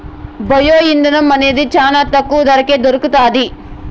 bio ఇంధనం అనేది చానా తక్కువ ధరకే దొరుకుతాది